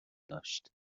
داشت